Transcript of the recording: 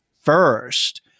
first –